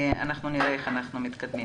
אז נראה איך אנחנו מתקדמים.